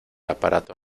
aparato